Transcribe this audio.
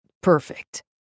Perfect